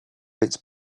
its